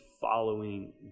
following